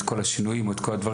את כל השינויים או את כל הדברים?